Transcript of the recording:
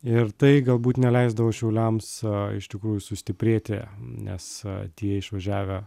ir tai galbūt neleisdavo šiauliams iš tikrųjų sustiprėti nes tie išvažiavę